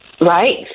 right